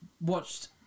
Watched